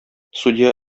судья